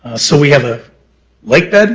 so we have a lakebed,